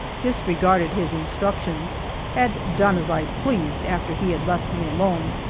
disregarded his instructions had done as i pleased after he had left me alone.